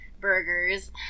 burgers